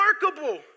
remarkable